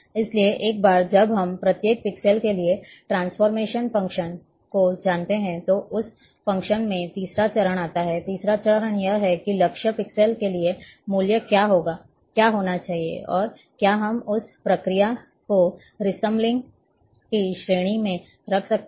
इसलिए एक बार जब हम प्रत्येक पिक्सेल के लिए ट्रांसफ़ॉर्मेशन फ़ंक्शन को जानते हैं तो उस फंक्शन में तीसरा चरण आता है तीसरा चरण यह है कि लक्ष्य पिक्सेल के लिए मूल्य क्या होना चाहिए और क्या हम उस प्रक्रिया को रिसमलिंग की श्रेणी में रख सकते हैं